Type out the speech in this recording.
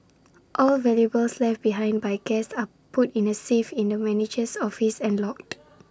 all valuables left behind by guests are put in A safe in the manager's office and logged